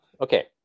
Okay